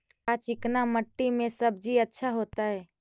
का चिकना मट्टी में सब्जी अच्छा होतै?